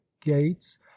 gates